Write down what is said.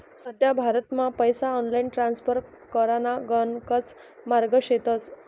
सध्या भारतमा पैसा ऑनलाईन ट्रान्स्फर कराना गणकच मार्गे शेतस